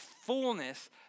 fullness